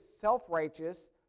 self-righteous